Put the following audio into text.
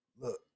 look